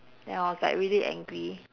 then I was like really angry